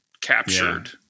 captured